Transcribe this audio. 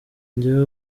njyewe